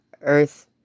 Earth